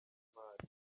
ishoramari